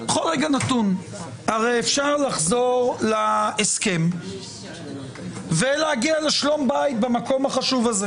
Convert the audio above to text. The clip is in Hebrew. בכל רגע נתון הרי אפשר לחזור להסכם ולהגיע לשלום בית במקום החשוב הזה,